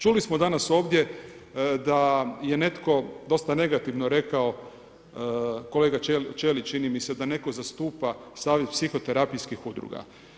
Čuli smo danas ovdje da je netko dosta negativno rekao, kolega Ćelić čini mi se, da netko zastupa Savez psihoterapijskih udruga.